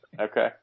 Okay